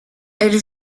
elle